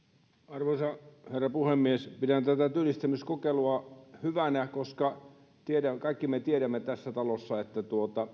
arvoisa herra puhemies pidän tätä työllistämiskokeilua hyvänä koska kaikki me tässä talossa tiedämme että